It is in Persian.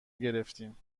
گرفتیم